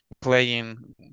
playing